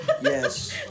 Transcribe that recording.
Yes